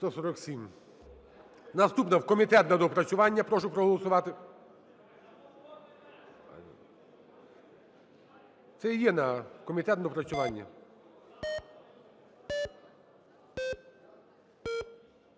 Наступна – в комітет на доопрацювання.